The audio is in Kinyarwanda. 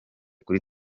kuri